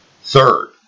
Third